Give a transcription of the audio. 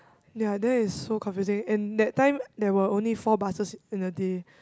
ya that is so confusing and that time there were only four buses in a day